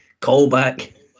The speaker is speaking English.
callback